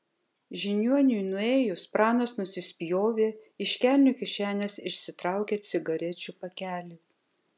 žiniuoniui nuėjus pranas nusispjovė iš kelnių kišenės išsitraukė cigarečių pakelį